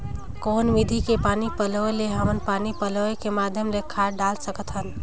कौन विधि के पानी पलोय ले हमन पानी पलोय के माध्यम ले खाद डाल सकत हन?